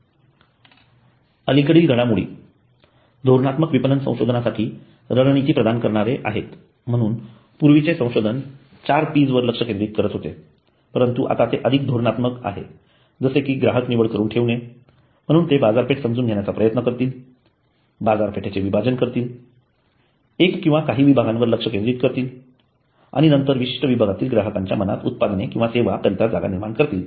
अलीकडील घडामोडी धोरणात्मक विपणन संशोधनासाठी रणनीती प्रदान करणारे आहेत म्हणून पूर्वीचे विपणन संशोधन चार Ps वर लक्ष केंद्रित करत होते परंतु आता ते अधिक धोरणात्मक आहे जसे कि ग्राहक निवड करून ठेवणे म्हणून ते बाजारपेठ समजून घेण्याचा प्रयत्न करतील बाजाराचे विभाजन करतील एक किंवा काही विभागांवर लक्ष केंदित करतील आणि नंतर विशिष्ट विभागातील ग्राहकांच्या मनात उत्पादने किंवा सेवा करीता जागा निर्माण करतील